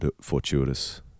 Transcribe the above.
fortuitous